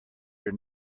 your